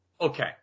Okay